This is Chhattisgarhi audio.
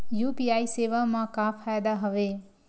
यू.पी.आई सेवा मा का फ़ायदा हवे?